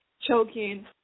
choking